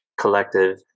collective